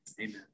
amen